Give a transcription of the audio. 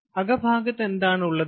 അകഭാഗത്ത് എന്താണ് ഉള്ളത്